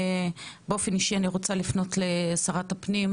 באופן אישי אני רוצה לפנות לשרת הפנים,